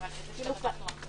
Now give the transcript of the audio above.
אבל זו דעתי האישית.